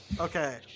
Okay